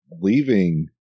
leaving